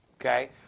okay